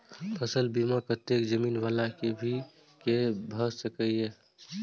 फसल बीमा कतेक जमीन वाला के भ सकेया?